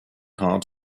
hard